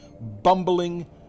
bumbling